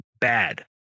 bad